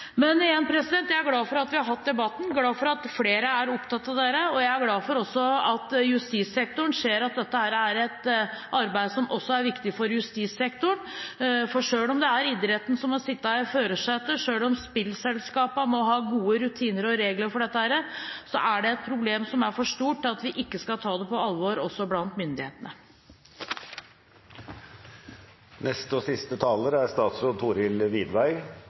Igjen: Jeg er glad for at vi har hatt debatten, og for at flere er opptatt av dette. Jeg er også glad for at justissektoren ser at dette er et arbeid som også er viktig for dem. Selv om det er idretten som må sitte i førersetet, og selv om spillselskapene må ha gode rutiner og regler for dette, er dette et problem som er for stort til at ikke også myndighetene skal ta det på alvor. Jeg vil igjen takke interpellanten for å stille dette viktige spørsmålet og,